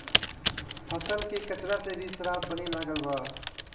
फसल के कचरा से भी शराब बने लागल बा